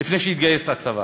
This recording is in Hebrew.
לפני שיתגייס לצבא,